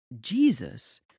Jesus